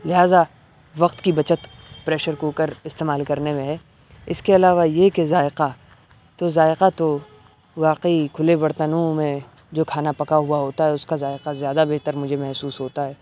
لہٰذا وقت كی بچت پریشر كوكر استعمال کرنے میں ہے اس کے علاوہ یہ کہ ذائقہ تو ذائقہ تو واقعی کھلے برتنوں میں جو کھانا پکا ہوا ہوتا ہے اس کا ذائقہ زیادہ بہتر مجھے محسوس ہوتا ہے